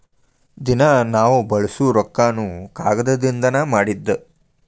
ದಿನಾ ನಾವ ಬಳಸು ರೊಕ್ಕಾನು ಕಾಗದದಿಂದನ ಮಾಡಿದ್ದ